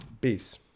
Peace